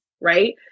Right